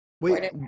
Wait